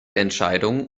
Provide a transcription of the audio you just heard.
entscheidung